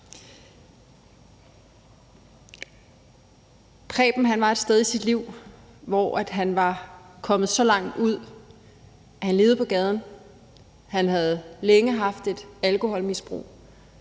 Han var et sted i sit liv, hvor han var kommet så langt ud, at han levede på gaden. Han havde længe haft et alkoholmisbrug.